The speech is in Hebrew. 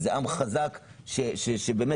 זה עם חזק שמסור.